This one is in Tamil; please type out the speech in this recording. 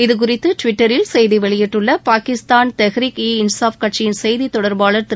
இதுகுறித்து ட்விட்டரில் செய்தி வெளியிட்டுள்ள பாகிஸ்தான் தெஹ்ரிக் இ இன்சாஃப் கட்சியின் செய்தித் தொடர்பாளர் திரு